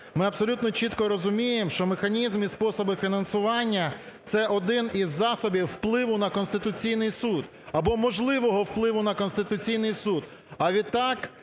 Ми абсолютно чітко розуміємо, що механізм і способи фінансування – це один із засобів впливу на Конституційний Суд або можливого впливу на Конституційний Суд.